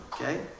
okay